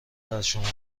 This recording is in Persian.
برشمرده